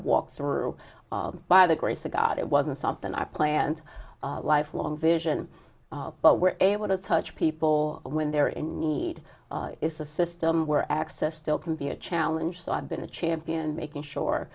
walked through by the grace of god it wasn't something i planned lifelong vision but were able to touch people when they're in need is a system where access still can be a challenge so i've been a champion making sure